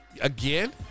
again